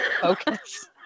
focus